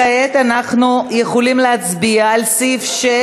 כעת אנחנו יכולים להצביע על סעיף 6